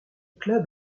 club